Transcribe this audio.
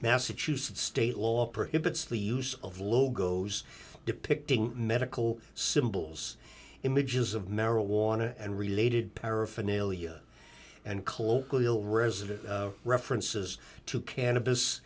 massachusetts state law prohibits the use of logos depicting medical symbols images of marijuana and related paraphernalia and colloquial resident references to cannabis